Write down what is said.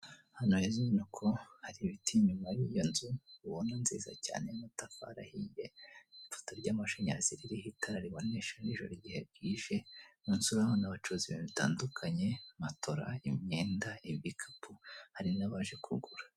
Hano harizi nyubako hari ibiti inyuma yiriya nzu ubona nziza cyane y'amatafari ahiye, ipoto y'amashanyarazi ririho itara ribonesha n'ijoro ribonesha iyo bwije musi urabona bacuruza ibintu bitandukanye; matora, imyenda, ibikapu hari nabaje kugura.